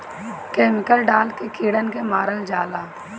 chemical डाल के कीड़न के मारल जाला